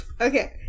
Okay